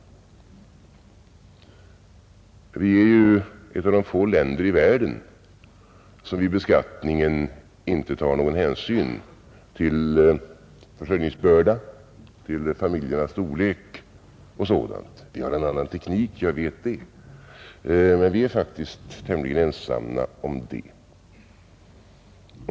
Sverige är ju ett av de få länder i världen där man vid beskattningen inte tar någon hänsyn till försörjningsbörda, till familjernas storlek m.m. Vi har en annan teknik, jag vet det, men vi är faktiskt tämligen ensamma om det.